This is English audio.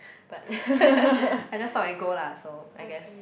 but I just stop and go lah so I guess